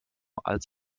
als